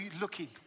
looking